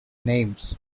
names